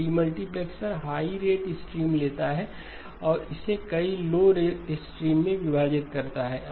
demultiplexer high rate stream लेता है और इसे कई लो रेट स्ट्रीम में विभाजित करता है